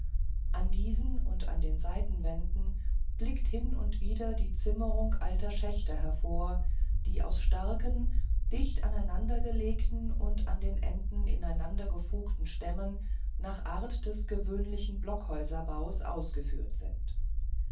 in diesen und an den seitenwänden blickt hin und wieder die zimmerung alter schächte hervor die aus starken dicht aneinandergelegten und an den enden ineinandergefugten stämmen nach art des gewöhnlichen blockhäuserbaues aufgeführt sind